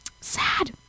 sad